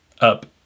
up